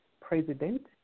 president